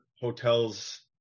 hotels